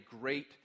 great